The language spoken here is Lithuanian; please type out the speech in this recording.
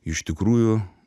iš tikrųjų